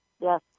Yes